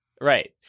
right